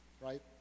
right